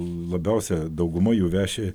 labiausia dauguma jų veši